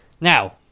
Now